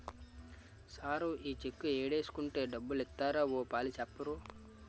sir ఈ cheque ఏడేసుకుంటే డబ్బులిత్తారో ఓ పాలి సెప్పరూ